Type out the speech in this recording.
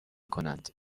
کنند